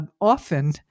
often